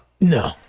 No